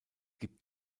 gibt